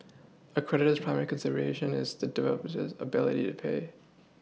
a creditor's primary consideration is a dweeb possess ability to pay